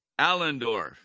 Allendorf